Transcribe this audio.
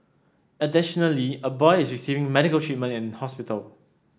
additionally a boy is receiving medical treatment in hospital